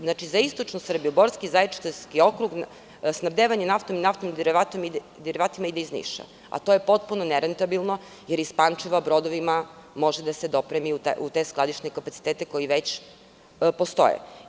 Znači, za istočnu Srbiju, Borski, Zaječarski okrug snabdevanje naftom i naftnim derivatima ide iz Niša, a to je potpuno nerentabilno, jer iz Pančeva brodovima može da se dopremi u te skladišne kapacitete koji već postoje.